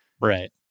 right